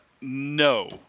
no